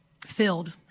filled